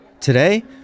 Today